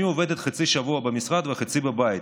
אני עובדת חצי שבוע במשרד וחצי בבית,